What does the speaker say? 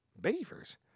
Beavers